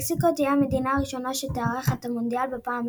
מקסיקו תהיה המדינה הראשונה שתארח את המונדיאל בפעם השלישית.